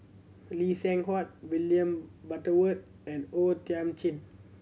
Lee Seng Huat William Butterworth and O Thiam Chin